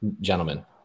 gentlemen